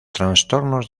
trastornos